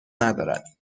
ندارد